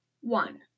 one